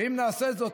אם נעשה זאת,